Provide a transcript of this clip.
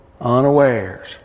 unawares